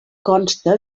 consta